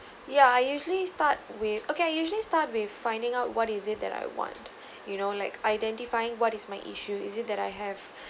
ya I usually start with okay I usually start with finding out what is it that I want you know like identifying what is my issue is it that I have